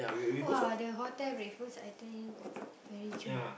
!wah! the hotel breakfast I tell you very chun